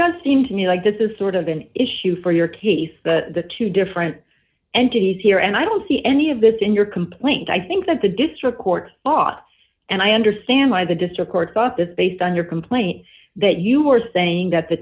does seem to me like this is sort of an issue for your case the two different entities here and i don't see any of this in your complaint i think that the district court bought and i understand why the district court thought this based on your complaint that you were saying that the